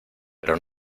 pero